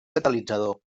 catalitzador